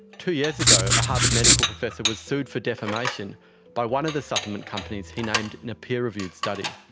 two years ago a harvard medical professor was sued for defamation by one of the supplement companies he named in a peer-reviewed study.